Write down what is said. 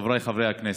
חבריי חברי הכנסת,